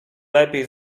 lepiej